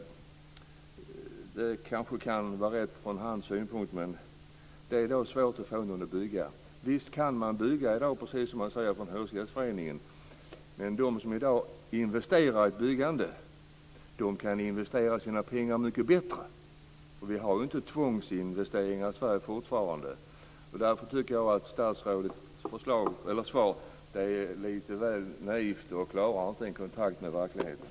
Det kan kanske vara rätt från hans synpunkt, men då är det svårt att få någon att bygga. Visst kan man bygga i dag, precis som man säger från Hyresgästföreningen. Men de som i dag investerar i ett byggande kan investera sina pengar mycket bättre. Vi har ju inte tvångsinvesteringar i Sverige längre. Därför tycker jag att statsrådets svar är lite väl naivt. Det klarar inte en kontakt med verkligheten.